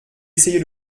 essayer